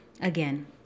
Again